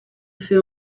fait